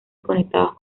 conectados